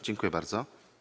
Dziękuję bardzo.